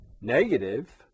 negative